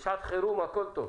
בשעת חירום הכול טוב.